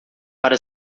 para